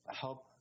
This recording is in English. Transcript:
help